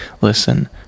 Listen